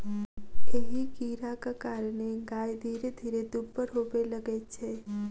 एहि कीड़ाक कारणेँ गाय धीरे धीरे दुब्बर होबय लगैत छै